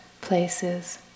places